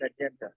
agenda